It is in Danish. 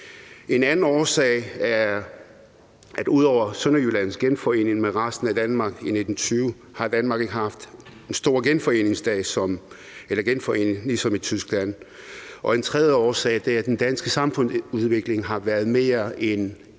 En anden årsag er, at Danmark ud over Sønderjyllands genforening med resten af Danmark i 1920 ikke har haft en stor genforening som i Tyskland. Og en tredje årsag er, at den danske samfundsudvikling mere har været en